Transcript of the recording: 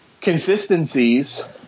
consistencies